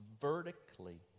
vertically